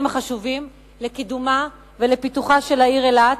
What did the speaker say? החשובים לקידומה ולפיתוחה של העיר אילת,